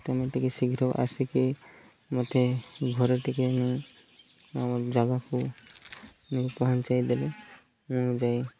ତେମେ ଟିକେ ଶୀଘ୍ର ଆସିକି ମୋତେ ଘରେ ଟିକେ ନେଇ ଆମ ଜାଗାକୁ ନେଇ ପହଞ୍ଚାଇଦେଲେ ମୁଁ ଯାଇ